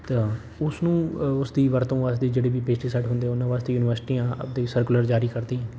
ਤਾਂ ਉਸ ਨੂੰ ਉਸ ਦੀ ਵਰਤੋਂ ਵਾਸਤੇ ਜਿਹੜੇ ਵੀ ਪੇਚੇ ਸੈੱਟ ਹੁੰਦੇ ਹੈ ਉਹਨਾਂ ਵਾਸਤੇ ਯੂਨੀਵਰਸਿਟੀਆਂ ਆਪਣੇ ਸਰਕੁਲਰ ਜਾਰੀ ਕਰਦੀ ਹੈ